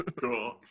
cool